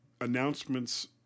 announcements